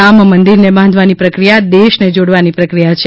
રામ મંદિર ને બાંધવાની પ્રકીયા દેશ ને જોડવાની પ્રક્રિયા છે